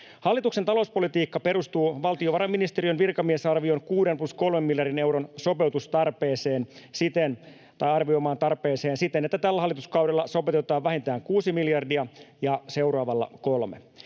Hallituksen talouspolitiikka perustuu valtiovarainministeriön virkamiesarvion arvioimaan kuuden plus kolmen miljardin euron sopeutustarpeeseen siten, että tällä hallituskaudella sopeutetaan vähintään kuusi miljardia ja seuraavalla kolme.